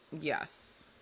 Yes